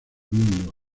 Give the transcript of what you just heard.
mundo